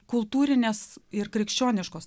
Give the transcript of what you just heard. kultūrinės ir krikščioniškos